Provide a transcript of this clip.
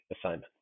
assignment